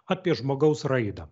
apie žmogaus raidą